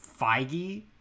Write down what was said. Feige